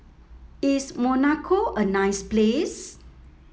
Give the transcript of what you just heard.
is Monaco a nice place